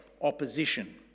opposition